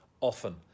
often